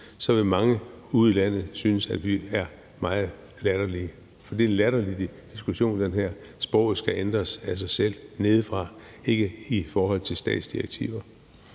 vil mange ude i landet synes, at vi er meget latterlige. Det her er en latterlig diskussion. Sproget skal ændres af sig selv nedefra og ikke i statsdirektiver.